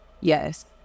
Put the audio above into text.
Yes